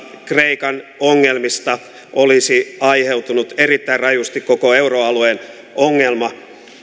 kreikan ongelmista olisi aiheutunut erittäin rajusti koko euroalueen ongelma